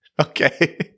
Okay